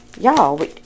Y'all